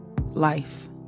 life